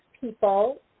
people